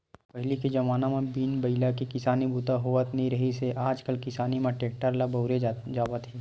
पहिली के जमाना म बिन बइला के किसानी बूता ह होवत नइ रिहिस हे आजकाल किसानी म टेक्टर ल बउरे जावत हे